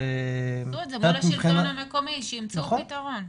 תעשו את זה מול השלטון המקומי שימצאו פתרון.